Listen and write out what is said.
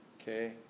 Okay